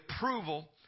approval